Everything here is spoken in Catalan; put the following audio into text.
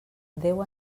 déu